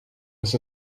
was